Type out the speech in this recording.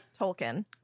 Tolkien